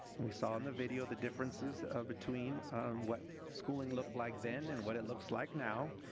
we saw in the video the differences between what schooling looked like then and what it looks like now.